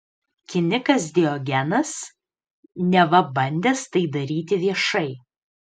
kinikas diogenas neva bandęs tai daryti viešai